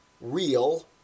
real